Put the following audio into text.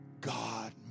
God